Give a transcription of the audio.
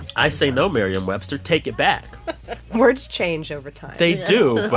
i say, no, merriam-webster. take it back words change over time they do, but